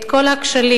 את כל הכשלים,